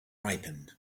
ripened